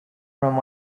from